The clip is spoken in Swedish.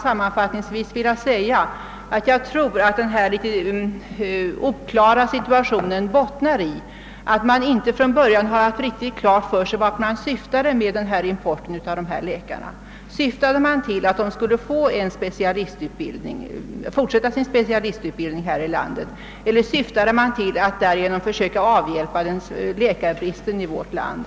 Sammanfattningsvis vill jag säga att jag tror att den besvärliga situationen bottnar i att man inte från början haft riktigt klart för sig vart man syftade med importen av dessa läkare. Syftade man till att läkarna skulle få fortsätta sin specialistutbildning här i landet, eller syftade man till att försöka avhjälpa läkarbristen i vårt land?